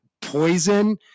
poison